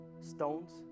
stones